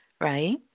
right